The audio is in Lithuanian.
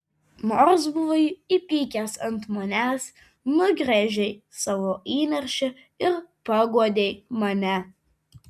nors buvai įpykęs ant manęs nugręžei savo įniršį ir paguodei mane